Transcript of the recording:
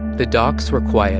the docks were quiet